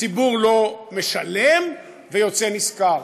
הציבור לא משלם ויוצא נשכר,